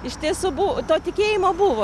iš tiesų bu to tikėjimo buvo